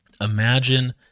imagine